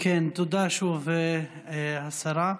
תודה שוב, השרה.